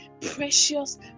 precious